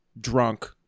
drunk